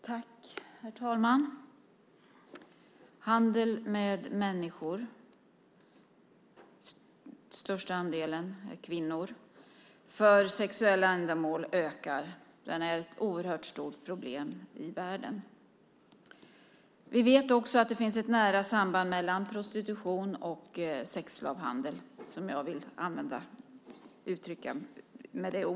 Herr talman! Handel med människor - den största andelen är kvinnor - för sexuella ändamål ökar. Det är ett oerhört stort problem i världen. Vi vet också att det finns ett nära samband mellan prostitution och sexslavhandel, som är det ord jag vill använda.